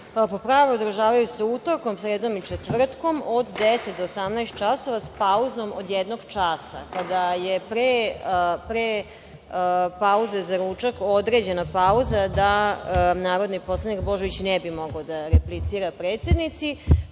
održavaju se utorkom, sredom i četvrtkom od 10.00 do 18.00 časova, s pauzom od jednog časa. Kada je pre pauze za ručak određena pauza da narodni poslanik Božović ne bi mogao da replicira predsednici,